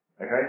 Okay